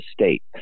state